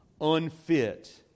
unfit